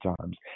times